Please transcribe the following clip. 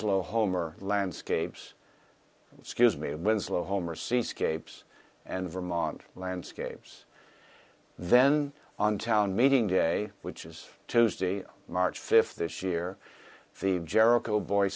winslow homer landscapes excuse me of winslow homer seascapes and vermont landscapes then on town meeting day which is tuesday march fifth this year the jericho boy